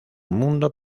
mundo